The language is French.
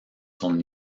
son